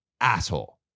asshole